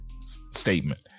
statement